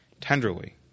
tenderly